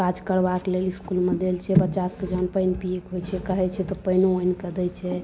काज करबाक लेल स्कूलमे देल छै बच्चा सभके जहन पानि पिए के होइ छै कहै छै तऽ पाइनो आनिकऽ दै छै